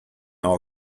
our